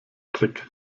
trick